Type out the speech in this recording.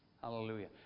Hallelujah